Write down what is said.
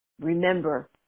remember